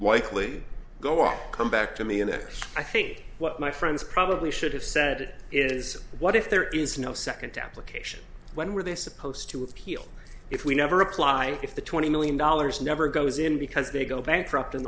likely go up come back to me in this i think what my friends probably should have said is what if there is no second application when were they supposed to appeal if we never apply if the twenty million dollars never goes in because they go bankrupt and